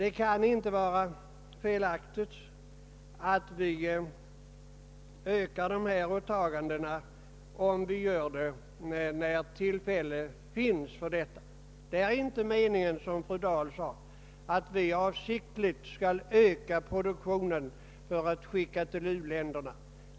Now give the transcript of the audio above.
Det kan inte vara felaktigt att öka dessa åtaganden om vi gör det när tillfälle finns. Det är inte meningen, som fru Dahl sade, att vi avsiktligt skall öka produktionen för att kunna sända livsmedel till u-länderna.